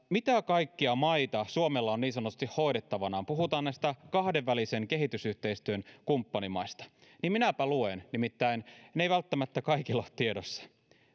mitä kaikkia maita suomella on niin sanotusti hoidettavanaan puhutaan näistä kahdenvälisen kehitysyhteistyön kumppanimaista niin minäpä luen nimittäin ne eivät välttämättä kaikilla ole tiedossa